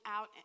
out